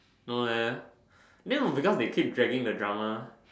no leh then because they keep dragging the drama